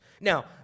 Now